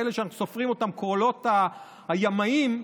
אלה שאנחנו סופרים אותם כקולות הימאים בבחירות,